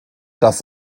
dass